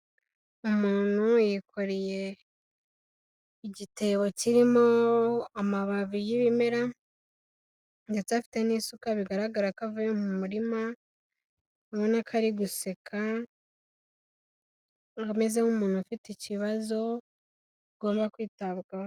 Umuntu yikoreye igitebo kirimo amababi y'ibimera, ndetse afite n'isuka bigaragara ko avuye mu murima. Obona ko ari guseka ameze nk'umuntu ufite ikibazo agomba kwitabwaho.